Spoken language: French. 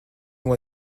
moi